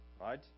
right